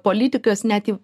politikas net į